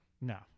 No